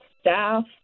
staff